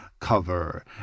cover